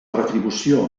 retribució